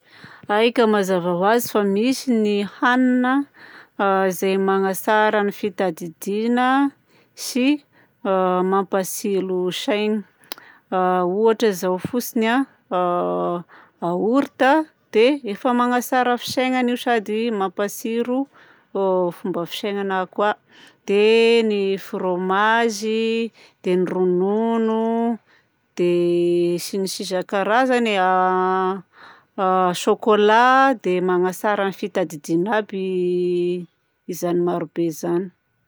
Aika mazava ho azy fa misy ny hanina a izay manatsara ny fitadidiana sy a mampatsilo saina. A ohatra izao fotsiny a: a yaourt a dia efa manatsara fisainana sady mampatsilo ô fomba fisainana koa. Dia ny fromage, dia ny ronono, dia sy ny sisa isan-karazany e; a chocolat dia manatsara ny fitadidiana aby izany marobe izany.